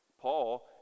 Paul